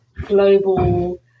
global